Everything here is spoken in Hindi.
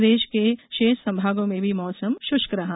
प्रदेश के शेष भागों में भी मौसम शृष्क रहा